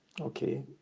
okay